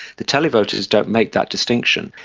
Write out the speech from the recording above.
the televoters don't make that distinction.